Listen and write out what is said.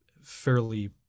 fairly